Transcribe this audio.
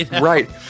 right